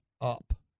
up